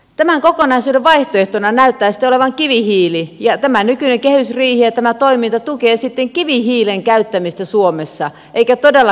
tämän kokonaisuuden vaihtoehtona näyttää sitten olevan kivihiili ja tämä nykyinen kehysriihi ja tämä toiminta tukevat sitten kivihiilen käyttämistä suomessa eivätkä todellakaan ympäristöystävällistä toimintaa